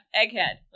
egghead